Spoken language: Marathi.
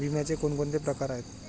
विम्याचे कोणकोणते प्रकार आहेत?